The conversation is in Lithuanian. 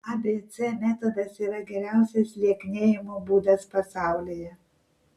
abc metodas yra geriausias lieknėjimo būdas pasaulyje